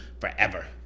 forever